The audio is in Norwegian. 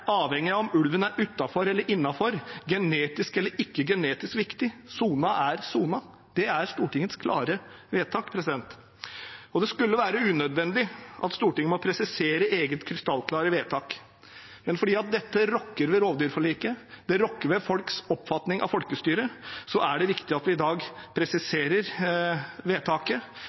av om ulven er utenfor eller innenfor, genetisk viktig eller genetisk ikke viktig. Sonen er sonen, det er Stortingets klare vedtak. Det skulle være unødvendig at Stortinget må presisere sitt eget krystallklare vedtak. Men fordi dette rokker ved rovdyrforliket, det rokker ved folks oppfatning av folkestyret, er det viktig at vi i dag presiserer vedtaket